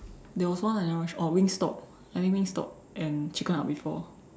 there was one I oh Wingstop I think Wingstop and Chicken Up before